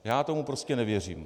Já tomu prostě nevěřím.